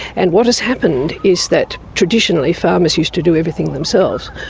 and what has happened is that traditionally farmers used to do everything themselves,